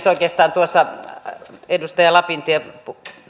oikeastaan tuossa edustaja lapintie